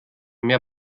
mehr